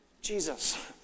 Jesus